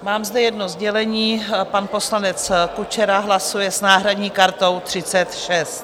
Mám zde jedno sdělení: pan poslanec Kučera hlasuje s náhradní kartou 36.